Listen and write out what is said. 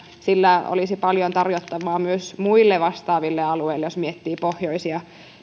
sillä olisi paljon tarjottavaa myös muille vastaaville alueille jos miettii pohjoisia